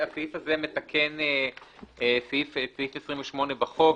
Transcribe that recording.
הסעיף הזה מתקן סעיף 28 בחוק,